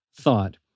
thought